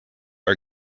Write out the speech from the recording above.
are